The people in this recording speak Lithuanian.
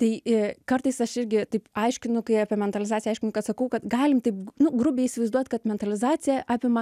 tai kartais aš irgi taip aiškinu kai apie mentalizaciją aiškinu kad sakau kad galim taip grubiai įsivaizduot kad mentalizacija apima